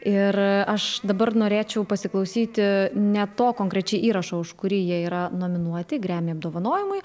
ir aš dabar norėčiau pasiklausyti ne to konkrečiai įrašo už kurį jie yra nominuoti gremy apdovanojimui